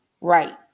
right